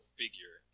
figure